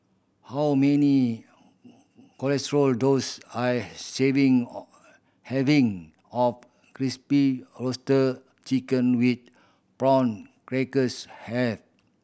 how many roar does I serving having or Crispy Roasted Chicken with Prawn Crackers have